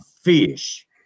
fish